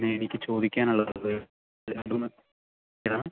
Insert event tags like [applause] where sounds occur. എനിക്ക് ചോദിക്കാനുള്ളത് [unintelligible]